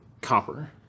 Copper